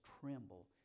tremble